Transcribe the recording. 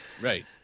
Right